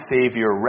Savior